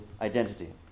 identity